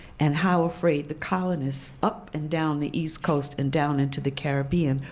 and how afraid the colonists, up and down the east coast and down into the caribbean,